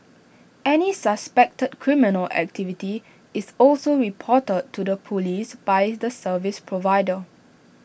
any suspected criminal activity is also reported to the Police by the service provider